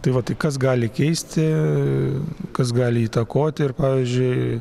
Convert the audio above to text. tai va tai kas gali keisti kas gali įtakoti ir pavyzdžiui